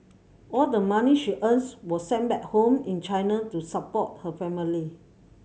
all the money she earns was sent back home in China to support her family